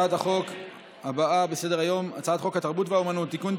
הצעת החוק הבאה בסדר-היום: הצעת חוק התרבות והאומנות (תיקון,